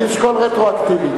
אני אשקול רטרואקטיבית.